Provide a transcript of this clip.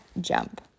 jump